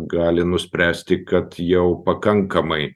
gali nuspręsti kad jau pakankamai